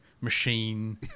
machine